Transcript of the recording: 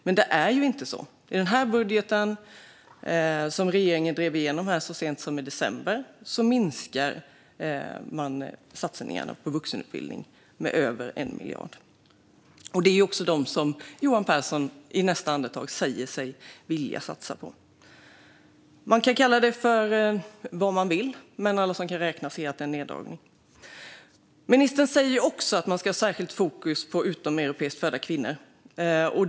Men det är ju inte så. I den här budgeten som regeringen drev igenom så sent som i december minskar man satsningarna på vuxenutbildning med över 1 miljard. Det är detta som Johan Pehrson i nästa andetag säger sig vilja satsa på. Man kan kalla det vad man vill, men alla som kan räkna ser att det är en neddragning. Ministern säger också att man ska ha särskilt fokus på utomeuropeiskt födda kvinnor.